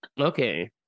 Okay